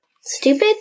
stupid